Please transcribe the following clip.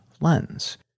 lens